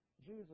Jesus